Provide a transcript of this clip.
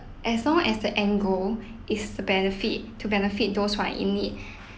as long as the end goal is to benefit to benefit those who are in need